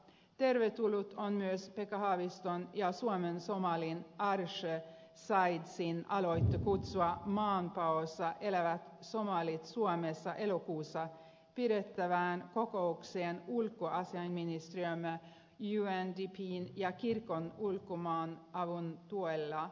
tervetullut on myös pekka haaviston ja suomensomalin arshe saidin aloite kutsua maanpaossa elävät somalit suomessa elokuussa pidettävään kokoukseen ulkoasiainministeriömme undpn ja kirkon ulkomaanavun tuella